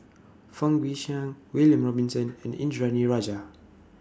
Fang Guixiang William Robinson and Indranee Rajah